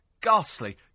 ghastly